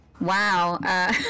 Wow